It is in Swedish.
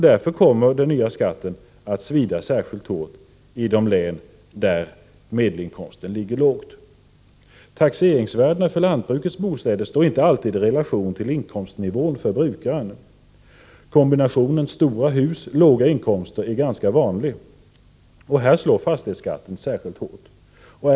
Den nya skatten kommer att svida särskilt hårt i de län där medelinkomsten ligger lågt. Taxeringsvärdena för lantbrukets bostäder står inte alltid i relation till inkomstnivån för brukaren. Kombinationen stora hus — låga inkomster är ganska vanlig. Här slår fastighetsskatten särskilt hårt.